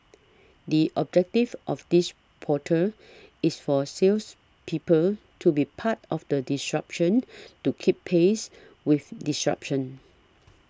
the objective of this portal is for salespeople to be part of the disruption to keep pace with disruption